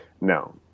No